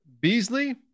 Beasley